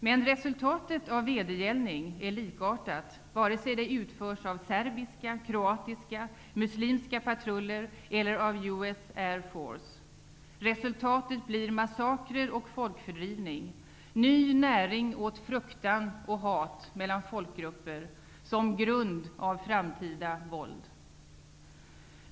Men resultatet av vedergällning är likartat vare sig det utförs av serbiska, kroatiska, muslimska patruller eller av US Air Force. Resultatet blir massakrer och folkfördrivning, ny näring åt fruktan och hat mellan folkgrupper, som grund för framtida våld.